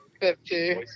Fifty